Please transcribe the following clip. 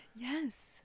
Yes